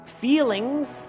feelings